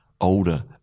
older